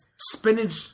spinach